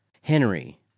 Henry